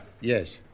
yes